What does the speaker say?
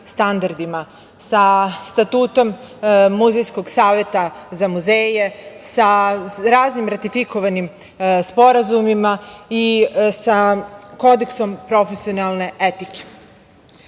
sa Statutom Muzejskog saveta za muzeje, sa raznim ratifikovanim sporazumima i sa kodeksom profesionalne etike.